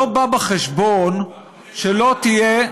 לא בא בחשבון שלא תהיה,